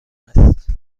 است